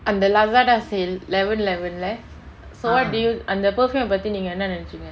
அந்த:antha lazada sale eleven eleven leh so what did you அந்த:antha perfume ah பத்தி நீங்க என்ன நெனசிங்க:pathi neenga enna nenachinga